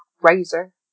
Razor